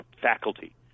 faculty